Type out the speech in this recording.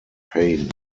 pain